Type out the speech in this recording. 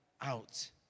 out